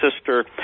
sister